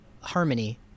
harmony